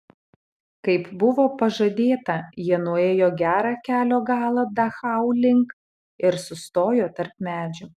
kaip buvo pažadėta jie nuėjo gerą kelio galą dachau link ir sustojo tarp medžių